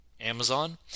Amazon